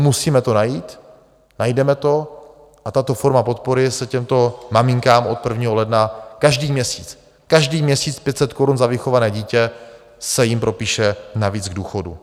Musíme to najít, najdeme to a tato forma podpory se těmto maminkám od 1. ledna každý měsíc, každý měsíc 500 korun za vychované dítě, se jim propíše navíc k důchodu.